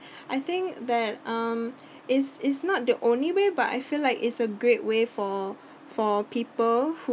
I think that um is is not the only way but I feel like it's a great way for for people who